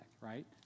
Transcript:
Right